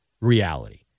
reality